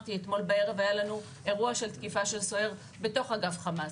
אמרתי שאתמול בערב היה לנו אירוע של תקיפה של סוהר בתוך אגף חמאס,